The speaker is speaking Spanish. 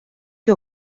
que